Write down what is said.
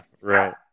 Right